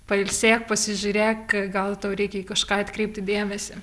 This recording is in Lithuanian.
pailsėk pasižiūrėk gal tau reikia į kažką atkreipti dėmesį